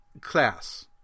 class